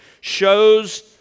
shows